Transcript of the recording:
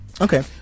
Okay